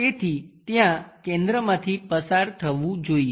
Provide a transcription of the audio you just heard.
તેથી ત્યાં કેન્દ્રમાંથી પસાર થવું જોઈએ